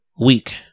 Weak